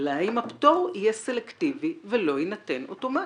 אלא האם הפטור יהיה סלקטיבי ולא יינתן אוטומטית.